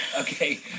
okay